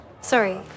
sorry